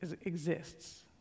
exists